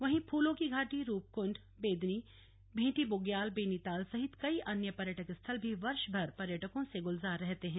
वहीं फूलों की घाटी रूपकुण्ड बेदनी भेंटी बुग्याल बेनी ताल सहित कई अन्य पर्यटक स्थल भी वर्षभर पर्यटकों से गुलजार रहते हैं